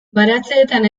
baratzeetan